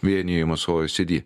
vienijamos oecd